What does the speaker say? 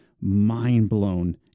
mind-blown